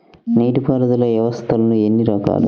నీటిపారుదల వ్యవస్థలు ఎన్ని రకాలు?